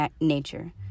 nature